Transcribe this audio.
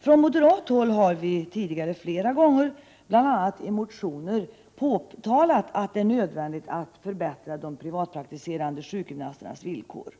Från moderat håll har vi tidigare flera gånger — bl.a. i motioner — påtalat att det är nödvändigt att förbättra de privatpraktiserande sjukgymnasternas villkor.